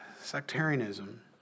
sectarianism